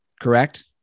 Correct